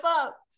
up